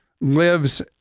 lives